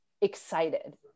excited